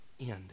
end